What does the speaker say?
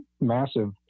massive